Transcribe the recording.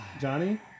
Johnny